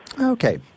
Okay